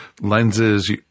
lenses